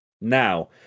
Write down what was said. Now